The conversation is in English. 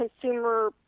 consumer